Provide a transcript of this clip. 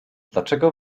dlaczego